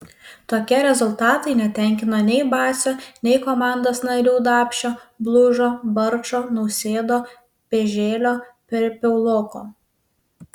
tokie rezultatai netenkino nei bacio nei komandos narių dapšio blužo barčo nausėdo pėželio piauloko